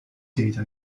data